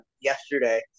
yesterday